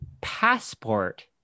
passport